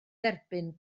derbyn